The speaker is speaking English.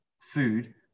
food